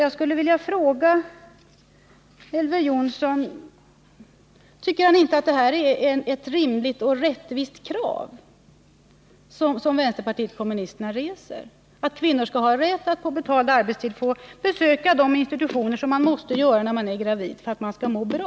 Anser inte Elver Jonsson att det är ett rimligt och rättvist krav som vänsterpartiet kommunisterna reser, att kvinnor skall ha rätt att på betald arbetstid besöka de institutioner som man måste besöka när man är gravid, för att man skall må bra?